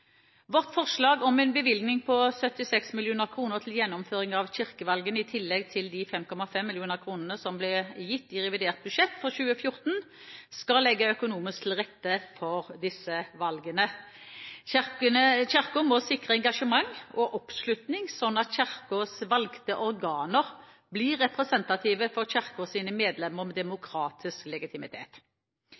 Vårt forslag om en bevilgning på 76 mill. kr til gjennomføring av kirkevalgene i tillegg til de 5,5 mill. kr som ble gitt i revidert budsjett for 2014, skal legge til rette økonomisk for disse valgene. Kirken må sikre engasjement og oppslutning, slik at Kirkens valgte organer blir representative for Kirkens medlemmer med demokratisk legitimitet.